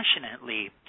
passionately